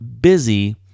busy